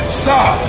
stop